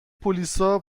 پلیسا